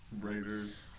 Raiders